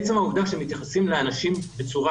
עצם העובדה שמתייחסים לאנשים בצורה